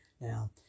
Now